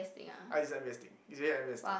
uh it's m_b_s thing it's really m_b_s thing